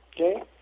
Okay